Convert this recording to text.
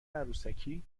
عروسکی